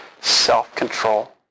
self-control